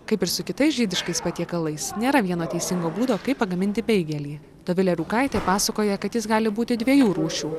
kaip ir su kitais žydiškais patiekalais nėra vieno teisingo būdo kaip pagaminti beigelį dovilė rūkaitė pasakoja kad jis gali būti dviejų rūšių